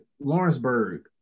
Lawrenceburg